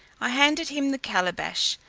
i handed him the calebash,